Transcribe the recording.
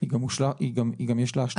היא גם יש לה השלכה.